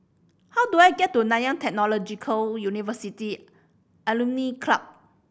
how do I get to Nanyang Technological University Alumni Club